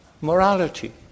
Morality